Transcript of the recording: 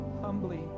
humbly